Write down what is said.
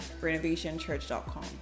renovationchurch.com